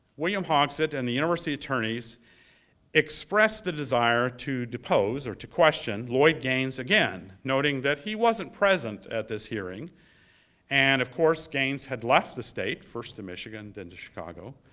william hogsett and the university attorneys expressed the desire to depose or to question lloyd gaines again, noting that he wasn't present at this hearing and, of course, gaines had left the state, first to michigan, then to chicago.